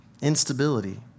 instability